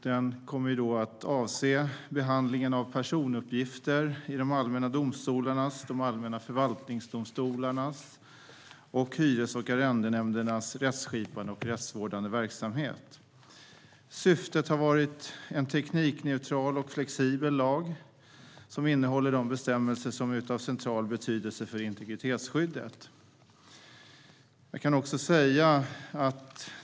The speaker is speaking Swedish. Den kommer att avse behandlingen av personuppgifter i de allmänna domstolarnas, de allmänna förvaltningsdomstolarnas och hyres och arrendenämndernas rättskipande och rättsvårdande verksamhet. Syftet har varit att få en teknikneutral och flexibel lag som innehåller de bestämmelser som är av central betydelse för integritetsskyddet.